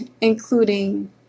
including